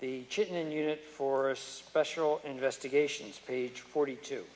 unit for a special investigations page forty two